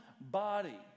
body